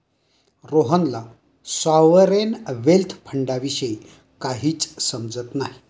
रोहनला sovereign wealth फंडाविषयी काहीच समजत नाही